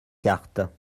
cartes